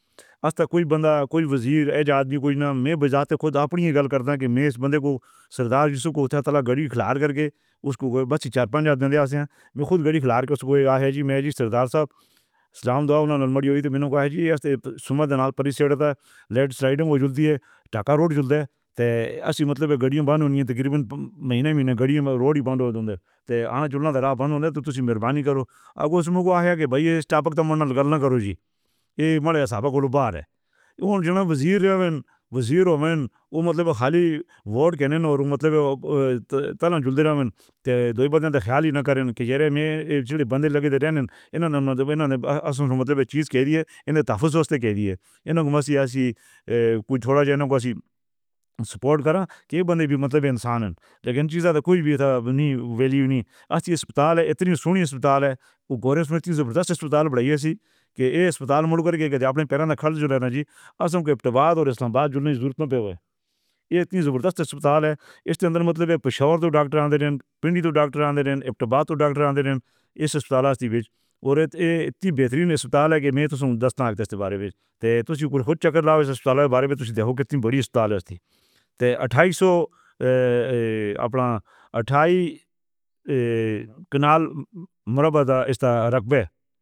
اِس تے کوئی بندہ کوئی وزیر، ایجاد نئیں کچھ نا۔ میں وجہ تے خود آپݨی ایہہ گَل کریندا کہ میں اِس بندے کوں سردار جیہڑا کوں اُتّھے تلا گڑیاں کھیݙ کے اُسکوں بس چار پنج ہتھ ڈیندے آساں۔ میں خود گڈّی کھیݙ کے سو کوئی ہے جی، میں جی سردار صاحب شام دیوا اُنا نال مری ہوئی تو میں کوں ہے جی اَسّتے سمو دیݨاݪ پَر سیݙتا لیٹس رائیڈنگ۔ اوہ جلدی ہے ٹاکا روڈ جلدی ہے۔ تے اَصل مطلب ہے گاڑیاں بند ہوݨی ہے۔ تقریباً مہینہ مہینہ گاڑیاں روڈ ہی بند ہو۔ ڈیندے تے آوݨا چلݨا تیرا بند ہو جاݨا۔ تو تسی مہربانی کرو۔ اگر اِس وچ کوئی ہے کے بھائی سٹاف دے نال گَل نہ کرو جی۔ ایہ مالی صاحب کول بار ہے۔ تو جو وزیر رہوݨ وزیر ہووے نا اوہ مطلب خالی ووٹ کہنا تے مطلب تالا جلدی رہوݨ تے دو بدن ڈیکھ آلی نہ کرو۔ کچہری وچ جو بندے لڳے تیرے اِنہاں نے مطلب اِنہاں نے آسمانی مطلب چیز کہ دتی ہے۔ اِنہاں توں فیصلیاں توں کہ دتی اِنہاں۔ اساں توں ایسی کوئی تھوڑی جانگوشی سپورٹ کرو کہ بندے وی مطلب انسان ہن۔ یقین دی جا تو کوئی وی نئیں۔ ویلیو نئیں آندی۔ اسپتال اِتنی سُݨی اسپتال ہے اوہ گھوشݨا کیتی۔ زبردست اسپتال چنگا ہئی کہ ایہہ اسپتال مُڑ کے اپݨے پہلے کھیݙ جو رہݨا جی آساں دے بعد تے اسلام آباد جو ضرورت نئیں پئی ہوئی۔ اِتنی زبردست اسپتال ہے اِس دے اندر۔ مطلب شہر توں ڈاکٹر آندے پئے ہن، پِنڈی توں ڈاکٹر آندے پئے ہن۔ اک توں ڈاکٹر آندے پئے ہن اِس اسپتال دے ویچ تے ایہہ اِتنی بہترین اسپتال ہے کہ میں تاں دس طاقت اِس بارے وچ تاں تسی خود چکر لاؤ۔ اِس اسپتال دے بارے وچ تاں ڈیکھو کتݨی وݙی اسپتال ہے۔ اٹھائیس سو آپݨا۔ اٹھائیس۔ کݨال مُربّا دا اِستعما رکھبا۔